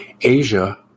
Asia